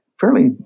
fairly